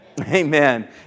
Amen